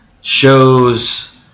shows